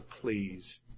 Please